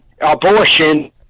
abortion